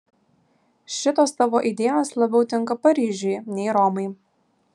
šitos tavo idėjos labiau tinka paryžiui nei romai